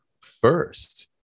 first